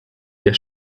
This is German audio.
der